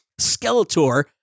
Skeletor